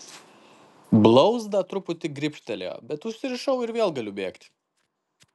blauzdą truputį gribštelėjo bet užsirišau ir vėl galiu bėgti